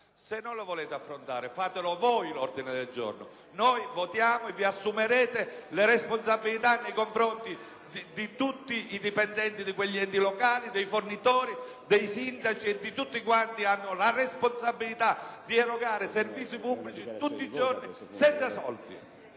se non lo volete affrontare, presentatelo voi un ordine del giorno. Noi vogliamo votare e voi vi assumerete le vostre responsabilità nei confronti di tutti i dipendenti di quegli enti locali, dei fornitori, dei sindaci e di tutti quanti hanno la responsabilità di erogare servizi pubblici, tutti i giorni, senza soldi.